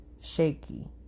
shaky